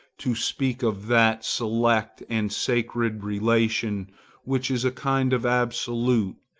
to speak of that select and sacred relation which is a kind of absolute,